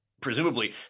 presumably